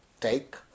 take